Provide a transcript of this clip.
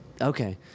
Okay